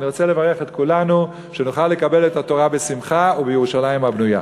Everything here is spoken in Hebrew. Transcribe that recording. אני רוצה לברך את כולנו שנוכל לקבל את התורה בשמחה ובירושלים הבנויה.